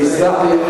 תסלח לי,